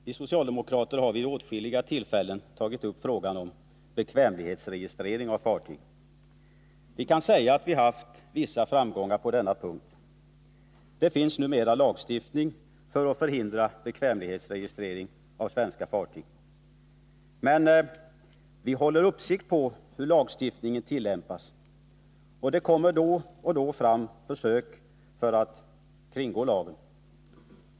Vi socialdemokrater har vid åtskilliga tillfällen tagit upp frågan om bekvämlighetsregistrering av fartyg. Vi kan säga att vi haft vissa framgångar på denna punkt. Det finns numera lagstiftning för att förhindra bekvämlighetsregistrering av svenska fartyg. Vi håller uppsikt på hur lagstiftningen tillämpas. Det görs då och då försök att kringgå lagen.